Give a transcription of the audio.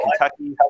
Kentucky